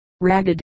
ragged